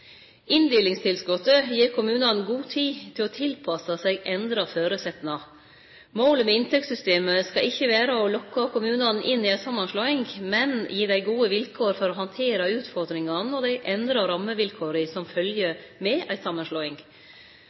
gir kommunane god tid til å tilpasse seg endra føresetnader. Målet med inntektssystemet skal ikkje vere å lokke kommunane inn i ei samanslåing, men gi dei gode vilkår for å handtere utfordringane og dei endra rammevilkåra som følgjer med ei samanslåing.